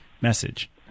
message